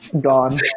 Gone